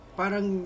parang